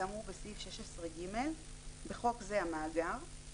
כאמור בסעיף 16ג (בחוק זה המאגר);